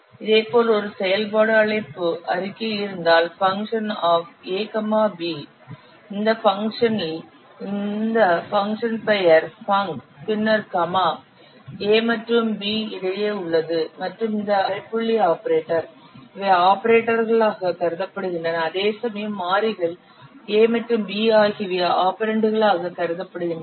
இதேபோல் ஒரு செயல்பாடு அழைப்பு அறிக்கை இருந்தால் func ab இந்த பங்க்ஷன் இல் இந்த பங்க்ஷன் பெயர் ஃபங்க் பின்னர் கமா a மற்றும் b இடையே உள்ளது மற்றும் இந்த அரைப்புள்ளி ஆபரேட்டர் இவை ஆபரேட்டர்களாக கருதப்படுகின்றன அதேசமயம் மாறிகள் a மற்றும் b ஆகியவை ஆபரெண்டுகளாக கருதப்படுகின்றன